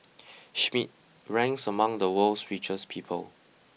Schmidt ranks among the world's richest people